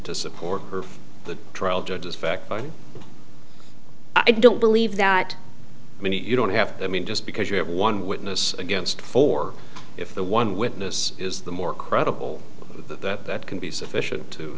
to support the trial judge's fact i don't believe that many you don't have to i mean just because you have one witness against four if the one witness is the more credible that that can be sufficient to